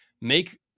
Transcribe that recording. make